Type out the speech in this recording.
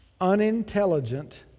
unintelligent